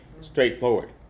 straightforward